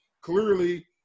clearly